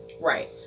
Right